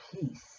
peace